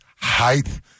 height